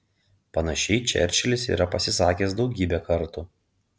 panašiai čerčilis yra pasisakęs daugybę kartų